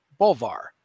Bolvar